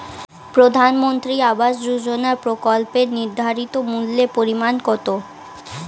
প্রধানমন্ত্রী আবাস যোজনার প্রকল্পের নির্ধারিত মূল্যে পরিমাণ কত?